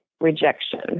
rejection